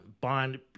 bond